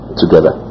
together